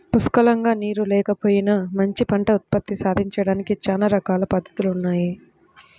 పుష్కలంగా నీరు లేకపోయినా మంచి పంట ఉత్పత్తి సాధించడానికి చానా రకాల పద్దతులున్నయ్